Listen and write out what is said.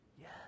yes